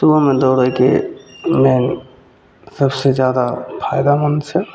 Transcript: सुबहमे दौड़ैके इएह सबसे जादा फायदामन्द छै